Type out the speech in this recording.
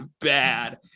bad